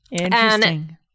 Interesting